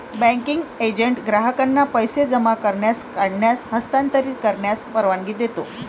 banking agent ग्राहकांना पैसे जमा करण्यास, काढण्यास, हस्तांतरित करण्यास परवानगी देतो